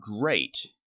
great